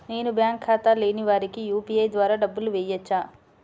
నేను బ్యాంక్ ఖాతా లేని వారికి యూ.పీ.ఐ ద్వారా డబ్బులు వేయచ్చా?